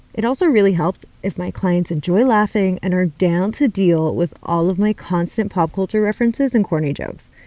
it also really helps if my clients enjoy laughing and are down to deal with all of my constant pop culture references and corny jokes.